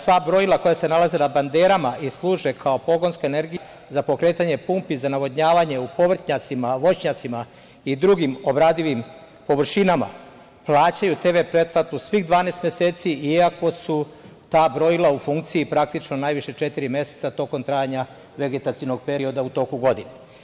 Sva brojila koja se nalaze na banderama i služe kao pogonska energija za pokretanje pumpi za navodnjavanje u povrtnjacima, voćnjacima i drugim obradivim površinama, plaćaju TV pretplatu svih 12 meseci i ako su ta brojila u funkciji, praktično, najviše četiri meseca tokom trajanja vegetacionog perioda u toku godine.